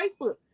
Facebook